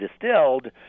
distilled